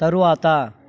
తరువాత